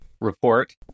report